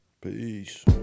Peace